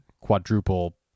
quadruple